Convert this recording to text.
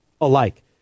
alike